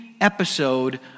episode